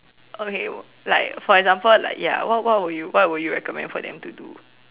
okay like for example like ya what what would you what would you recommend for them to do